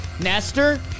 Nester